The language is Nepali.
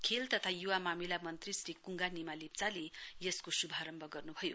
खेल तथा युवा मामिला मन्त्री श्री क्ङ्गा निमा लेप्चाले यसको श्भारम्भ गर्न्भयो